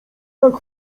tak